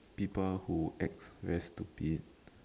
people who act very stupid